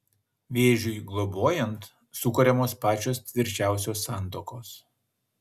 vėžiui globojant sukuriamos pačios tvirčiausios santuokos